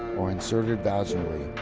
or inserted ah so